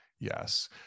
yes